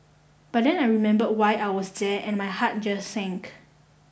but then I remember why I was there and my heart just sank